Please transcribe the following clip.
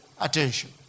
attention